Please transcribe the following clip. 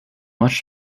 much